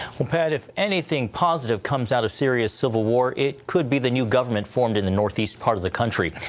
pat, if anything positive comes out of syria's civil war, it could be the new government formed in the northeast part of the country,